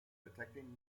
detecting